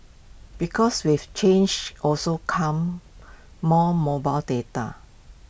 because with change also comes more mobile data